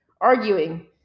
arguing